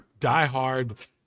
diehard